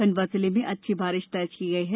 खंडवा जिले में अच्छी बारिश दर्ज की गई है